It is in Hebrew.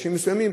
בחודשים מסוימים,